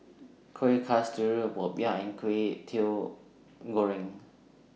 Kuih Kasturi Popiah and Kway Teow Goreng